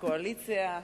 הקואליציה,